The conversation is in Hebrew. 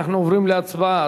אנחנו עוברים להצבעה.